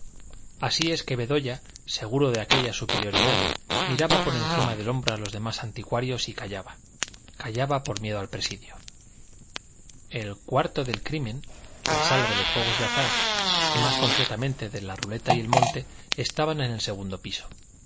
así es que bedoya seguro de aquella superioridad miraba por encima del hombro a los demás anticuarios y callaba callaba por miedo al presidio el cuarto del crimen la sala de los juegos de azar y más concretamente de la ruleta y el monte estaba en el segundo piso